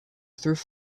through